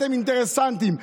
אתם אינטרסנטיים,